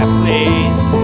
please